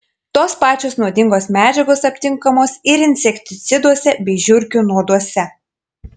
tos pačios nuodingos medžiagos aptinkamos ir insekticiduose bei žiurkių nuoduose